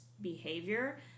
behavior